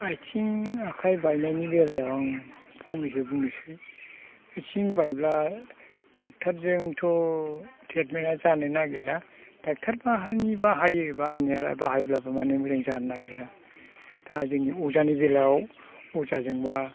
आथिं आखाइ बायनायनि बेलायाव आं फंनैसो बुंनोसै आथिं बायोब्ला डक्ट'रजोंथ' ट्रिटमेन्टआ जानो नागिरा डक्ट'रफोरनि बाहायो बाहायनायालाय बाहायब्लाबो माने मोजां जानो नागिरा दा जोंनि अजानि बेलायाव अजाजोंबा